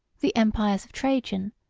the empires of trajan,